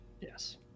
Yes